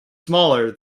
smaller